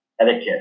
etiquette